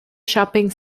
shopping